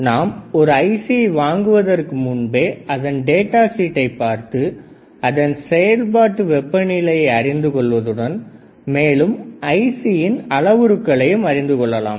நாம் ஒரு ஐசியை வாங்குவதற்கு முன்பே அதன் டேட்டா ஷீட்டை பார்த்து அதன் செயல்பாட்டு வெப்பநிலையை அறிந்து கொள்வதுடன் மேலும் ஐசியின் அளவுருக்களையும் அறிந்து கொள்ளலாம்